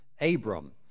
Abram